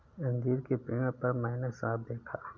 अंजीर के पेड़ पर मैंने साँप देखा